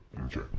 Okay